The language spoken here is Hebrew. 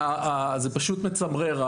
ההתנהלות הזו היא פשוט מצמררת.